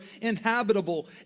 inhabitable